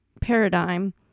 paradigm